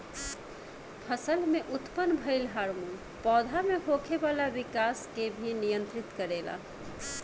फसल में उत्पन्न भइल हार्मोन पौधा में होखे वाला विकाश के भी नियंत्रित करेला